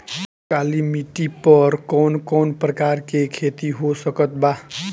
काली मिट्टी पर कौन कौन प्रकार के खेती हो सकत बा?